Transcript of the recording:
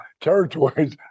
territories